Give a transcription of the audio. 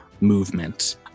movement